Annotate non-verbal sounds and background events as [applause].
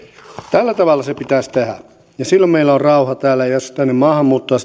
tällä tavalla se pitäisi tehdä ja silloin meillä on rauha täällä ja jos tänne maahanmuuttoa [unintelligible]